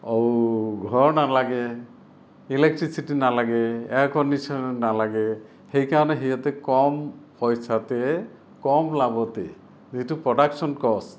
ঘৰ নালাগে ইলেক্ট্ৰিচিটি নালাগে এয়াৰ কণ্ডিশ্যন নালাগে সেইকাৰণে সিহঁতে কম পইচাতে কম লাভতে যিটো প্ৰডাক্টশ্যন কষ্ট